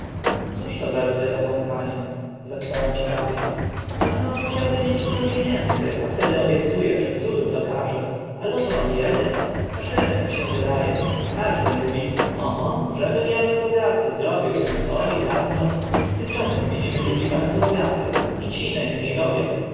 to za rodza obłąkania zapytałam ciekawie ano chciałby mieć dużo pieniędzy a wtedy obiecu e że cudów dokaże albo to on eden każdemu tak się wyda e każdy mówi oho żebym a był bogaty zrobiłbym to i tamto tymczasem widzimy ludzi bardzo bogatych i ci na mnie robią